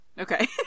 Okay